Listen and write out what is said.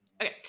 Okay